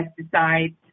pesticides